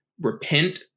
repent